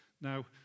Now